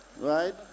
right